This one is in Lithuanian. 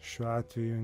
šiuo atveju